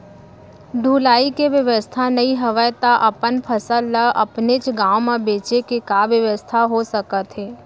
ढुलाई के बेवस्था नई हवय ता अपन फसल ला अपनेच गांव मा बेचे के का बेवस्था हो सकत हे?